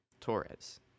Torres